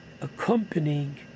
accompanying